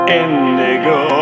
indigo